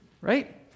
right